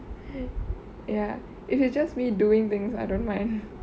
ya if it's just me doing things I don't mind